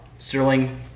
Sterling